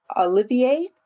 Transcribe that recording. Olivier